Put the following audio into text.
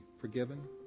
forgiven